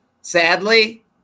sadly